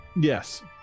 Yes